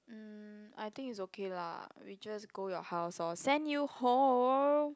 mm I think it's okay lah we just go your house orh send you home